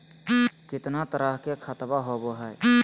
कितना तरह के खातवा होव हई?